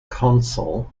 consul